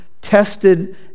tested